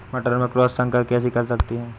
मटर में क्रॉस संकर कैसे कर सकते हैं?